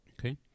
Okay